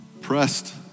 pressed